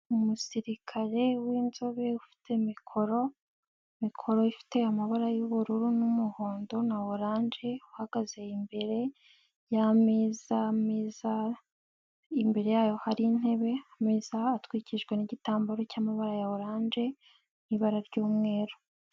Umusirikare w'inzobe ufite mikoro, mikoro ifite amabara y,ubururu n'umuhondo na orange, uhagaze imbere y'ameza meza, imbere yayo hari intebe, ameza atwikijwe nigitambaro cyamabara ya orange n'ibara ry'umweru.